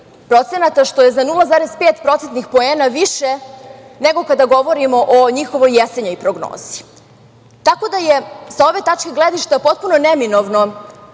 procentnih poena više nego kada govorimo o njihovoj jesenjoj prognozi. Tako da je sa ove tačke gledišta potpuno neminovno